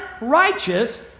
righteous